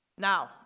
Now